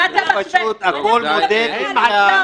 --- מה אתה משווה בין חיילים וטרוריסטים.